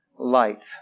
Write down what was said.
Light